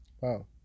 Wow